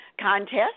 contest